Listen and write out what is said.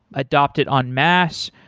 adopt it on mass.